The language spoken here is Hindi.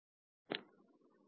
यह W2 होगा